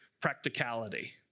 practicality